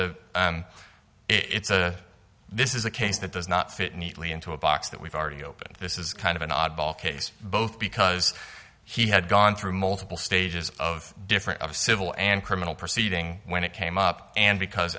a it's a this is a case that does not fit neatly into a box that we've already opened this is kind of an oddball case both because he had gone through multiple stages of different of a civil and criminal proceeding when it came up and because